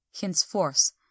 henceforth